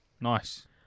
nice